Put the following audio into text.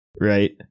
right